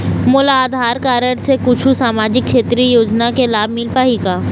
मोला आधार कारड से कुछू सामाजिक क्षेत्रीय योजना के लाभ मिल पाही का?